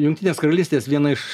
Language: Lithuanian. jungtinės karalystės viena iš